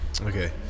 Okay